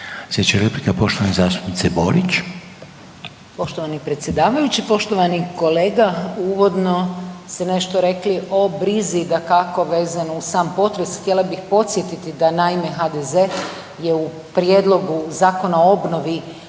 Slijedeća replika je poštovane zastupnice Borić. **Borić, Rada (NL)** Poštovani predsjedavajući, poštovani kolega uvodno ste nešto rekli o brizi dakako vezano uz sam potres. Htjela bih podsjetiti da naime HDZ je u prijedlogu Zakona o obnovi